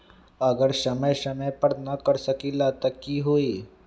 अगर समय समय पर न कर सकील त कि हुई?